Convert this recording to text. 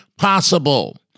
possible